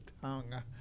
tongue